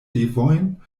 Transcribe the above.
devojn